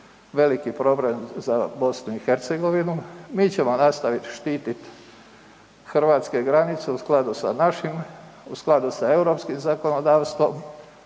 veliki problem za BiH. Mi ćemo nastaviti štitit hrvatske granice u skladu sa našim, u skladu sa europskim zakonodavstvom